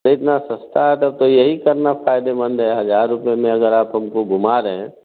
इतना सस्ता है तब तो यही करना फ़ायदेमंद है हजार रुपये में अगर आप हमको घूमा रहें